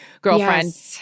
girlfriend